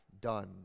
done